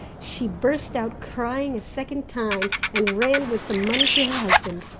she burst out crying a second time, and ran with the money to her husband.